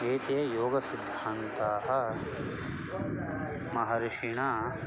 एते योगसिद्धान्ताः महर्षिणा